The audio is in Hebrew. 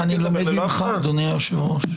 אני לומד ממך, אדוני היושב-ראש.